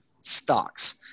stocks